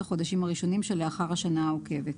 החודשים הראשונים שלאחר השנה העוקבת.